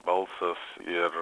balsas ir